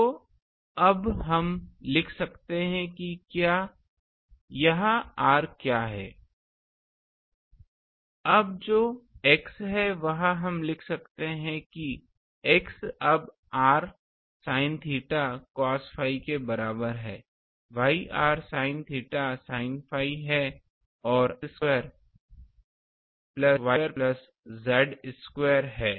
तो अब हम लिख सकते हैं कि यह r क्या है अब जो x है वह हम लिख सकते हैं जैसे कि x अब r sin theta cos phi के बराबर है y r sin theta sin phi है और r square x square plus y square plus z square है